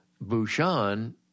Bouchon